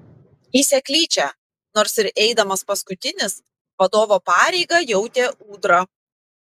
į seklyčią nors ir eidamas paskutinis vadovo pareigą jautė ūdra